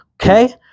Okay